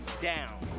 down